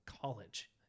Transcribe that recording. college